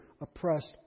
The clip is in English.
oppressed